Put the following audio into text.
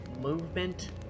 movement